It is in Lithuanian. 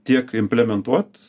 tiek implementuot